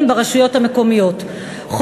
ברשויות המקומיות (הוראת שעה) (תיקון) (הארכת תוקף).